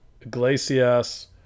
Iglesias